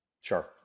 Sure